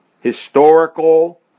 historical